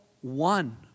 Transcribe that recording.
one